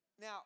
now